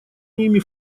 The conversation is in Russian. ними